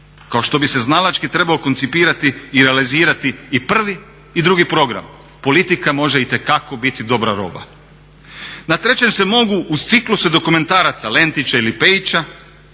kao što bi se znalački trebao koncipirati i realizirati i prvi i drugi program. Politika može itekako biti dobra roba. Na trećem se mogu uz cikluse dokumentaraca Lentića ili Pejića